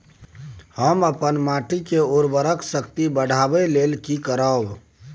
हम अपन माटी के उर्वरक शक्ति बढाबै लेल की करब?